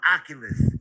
Oculus